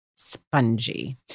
Spongy